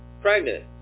pregnant